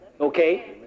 Okay